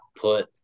put